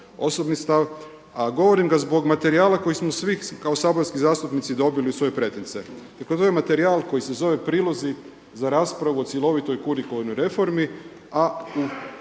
osobni stav, a govorim ga zbog materijala koji smo svi kao saborski zastupnici dobili u svoje pretince. Tako kroz ovaj materijal koji se zove Prilozi za raspravu u cjelovitoj kurikularnoj reformi, a